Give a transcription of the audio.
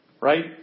Right